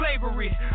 slavery